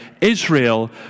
Israel